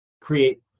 create